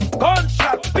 gunshot